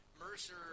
Mercer